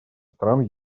стран